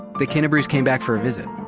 the kinnebrews came back for a visit.